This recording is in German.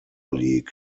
league